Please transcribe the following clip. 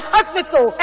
Hospital